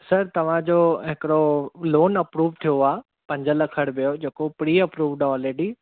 sir तव्हांजो हिकिड़ो loan approve थियो आहे पंज लख रुपए जो जेको प्री अप्रूवड आहे ओलरेडी